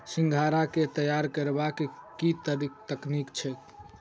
सिंघाड़ा केँ तैयार करबाक की तकनीक छैक?